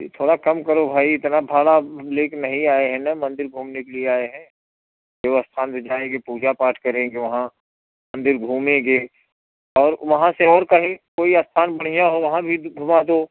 ये थोड़ा कम करो भाई इतना भाड़ा हम लेके नहीं आए हैं न मंदिर घूमने के लिए आए हैं जो स्थान पर जाएँगे पूजा पाठ करेंगे वहाँ मंदिर घूमेंगे और वहाँ से और कहीं कोई स्थान बढ़ियाँ हो वहाँ भी घूमा दो